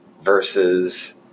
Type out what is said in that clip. versus